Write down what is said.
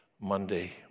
Monday